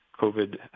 COVID